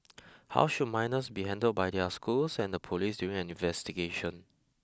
how should minors be handled by their schools and the police during an investigation